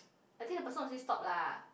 I think the person will say stop lah